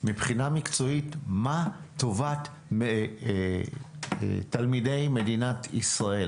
מבחינה מקצועית מה טובת תלמידי מדינת ישראל,